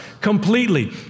completely